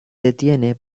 detiene